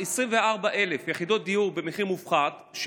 24,000 יחידות דיור במחיר מופחת,